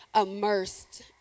immersed